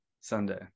sunday